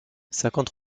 cinquante